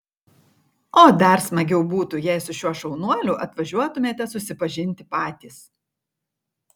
o dar smagiau būtų jei su šiuo šaunuoliu atvažiuotumėte susipažinti patys